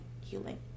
healing